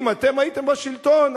אם אתם הייתם בשלטון,